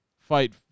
fight